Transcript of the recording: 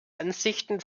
ansichten